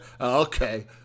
Okay